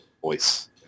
voice